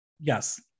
Yes